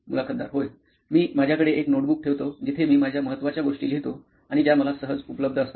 मुलाखतदार होय मी माझ्याकडे एक नोटबुक ठेवतो जिथे मी माझ्या महत्वाच्या गोष्टी लिहितो आणि ज्या मला सहज उपलब्ध असतात